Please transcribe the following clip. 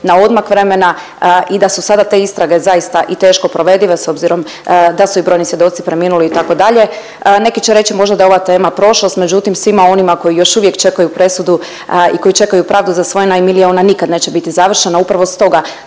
na odmak vremena i da su sada te istrage zaista i teško provedive s obzirom da su i brojni svjedoci preminuli itd.. Neki će reći možda da je ova tema prošlost, međutim svima onima koji još uvijek čekaju presudu i koji čekaju pravdu za svoje najmilije ona nikad neće biti završena. Upravo stoga